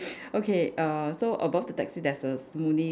okay uh so above the taxi there's a smoothie